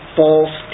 false